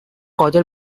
قادر